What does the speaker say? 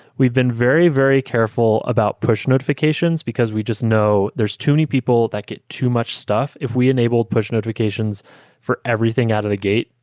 we've been very, very careful about push notifications, because we just know there're too many people that get too much stuff. if we enable push notifications for everything out of the gate,